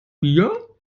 bier